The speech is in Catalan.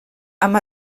amb